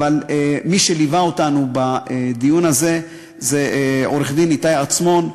אבל מי שליווה אותנו בדיון הזה זה עורך-דין איתי עצמון.